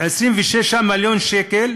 26 מיליון שקל